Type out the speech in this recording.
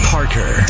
Parker